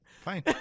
fine